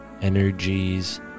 energies